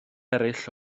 eraill